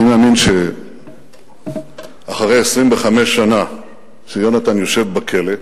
אני מאמין שאחרי 25 שנה שיונתן יושב בכלא,